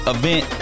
event